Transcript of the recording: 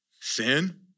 Sin